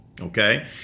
okay